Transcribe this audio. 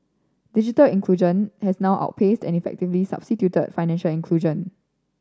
digital inclusion has now outpaced and effectively substituted financial inclusion